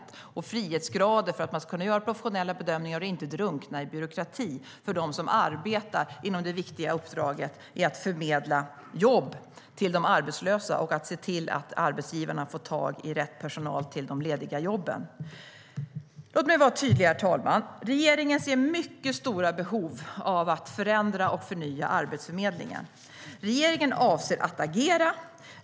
Det ska finnas frihetsgrader så att man kan göra professionella bedömningar och inte behöver drunkna i byråkrati när man arbetar med det viktiga uppdraget att förmedla jobb till de arbetslösa och se till att arbetsgivarna får tag i rätt personal till de lediga jobben. Låt mig vara tydlig, herr talman. Regeringen ser mycket stora behov av att förändra och förnya Arbetsförmedlingen. Regeringen avser att agera.